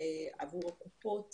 עבור הקופות